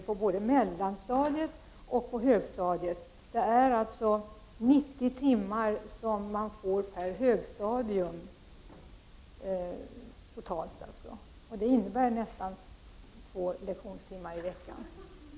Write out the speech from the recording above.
På både mellanstadiet och högstadiet får man redan 90 timmar per stadium totalt till dessa frågor. Det innebär nästan två lektionstimmar i veckan för försäkringsbolagens studiematerial.